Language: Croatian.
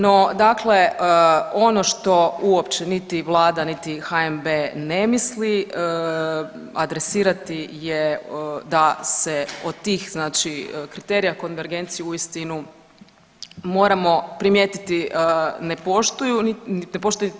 No, dakle ono što uopće niti Vlada niti HNB ne misli adresirati je da se od tih znači kriterija konvergenciju uistinu moramo primijetiti ne poštuju niti jedan.